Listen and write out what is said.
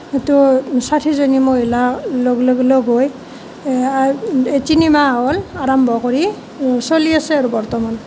সেইটো ষাঠিজনী মহিলা লগ লাগি লগ হৈ এই তিনিমাহ হ'ল আৰম্ভ কৰি চলি আছে আৰু বৰ্তমান